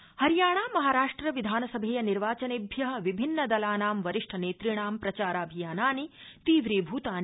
निर्वाचनम् हरियाणा महाराष्ट्र विधानसभेय निर्वाचनेभ्य विभिन्न दलानां वरिष्ठ नेतृणां प्रचाराभियानानि तीव्रीभूतानि